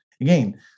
again